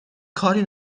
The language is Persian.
کاری